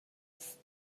است